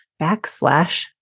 backslash